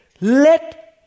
let